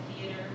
theater